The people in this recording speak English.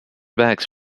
bags